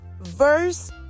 verse